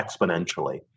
exponentially